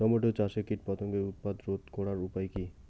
Tomato চাষে কীটপতঙ্গের উৎপাত রোধ করার উপায় কী?